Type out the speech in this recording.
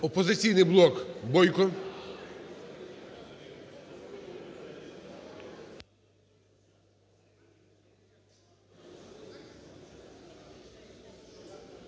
"Опозиційний блок", Бойко.